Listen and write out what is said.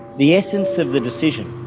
the essence of the decision